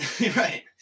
right